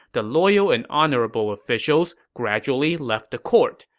the loyal and honorable officials gradually left the court,